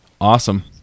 Awesome